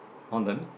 on them